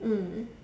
mm